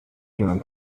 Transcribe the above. دونم